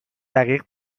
دقیق